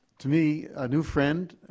to me, a new friend.